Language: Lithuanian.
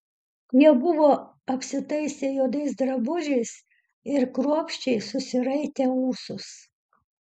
jie buvo apsitaisę juodais drabužiais ir kruopščiai susiraitę ūsus